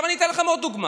אני אתן לכם עוד דוגמה.